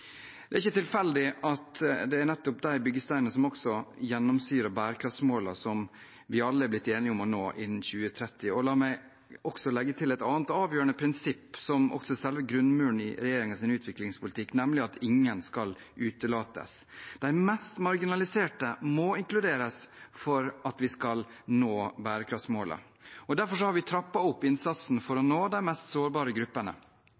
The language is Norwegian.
Det er ikke tilfeldig at det er nettopp de byggesteinene som også gjennomsyrer bærekraftsmålene som vi alle er blitt enige om å nå innen 2030. La meg også legge til et annet avgjørende prinsipp – et prinsipp som også er selve grunnmuren i regjeringens utviklingspolitikk, nemlig at ingen skal utelates. De mest marginaliserte må inkluderes for at vi skal kunne nå bærekraftsmålene. Derfor har vi trappet opp innsatsen for å nå de mest sårbare gruppene.